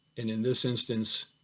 in in this instance,